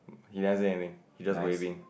he never say anything he just waving